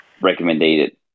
recommended